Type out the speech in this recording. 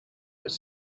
was